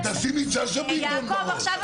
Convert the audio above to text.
תשימי את שאשא-ביטון בראש.